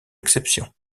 exception